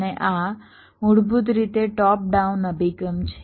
અને આ મૂળભૂત રીતે ટોપ ડાઉન અભિગમ છે